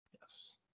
Yes